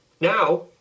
Now